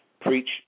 preach